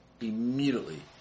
immediately